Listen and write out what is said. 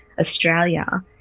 Australia